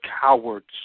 cowards